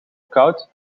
koud